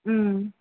ம்